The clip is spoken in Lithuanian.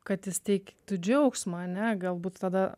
kad jis teiktų džiaugsmą ane galbūt tada